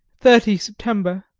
thirty september.